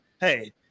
hey